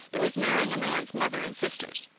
it was marrying a man's mother and sisters.